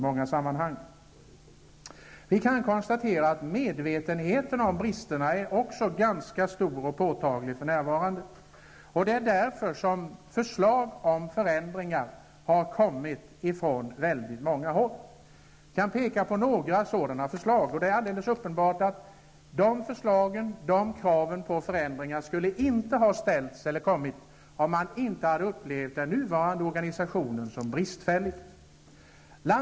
Medvetenheten angående bristerna är numera också mycket stor och påtaglig. Det är därför som förslag om förändringar har framställts från väldigt många håll. Jag skall ta upp några sådana förslag. Det är alldeles uppenbart att dessa krav på förändringar inte skulle ha rests om man inte hade upplevt den nuvarande organisationen som bristfällig.